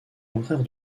contraire